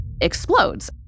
explodes